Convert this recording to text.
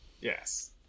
Yes